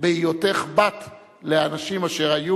אני קובע שהצעת החוק עברה בקריאה טרומית,